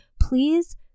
please